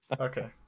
Okay